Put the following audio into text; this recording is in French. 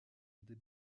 des